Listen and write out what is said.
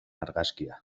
argazkia